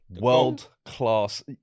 World-class